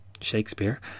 Shakespeare